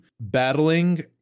battling